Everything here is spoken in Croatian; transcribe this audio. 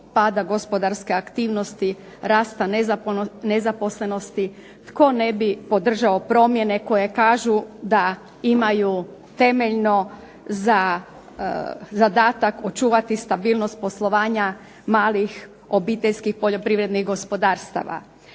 pada gospodarske aktivnosti, rasta nezaposlenosti tko ne bi podržao promjene koje kažu da imaju temeljno zadatak očuvati stabilnost poslovanja malih obiteljskih poljoprivrednih gospodarstava.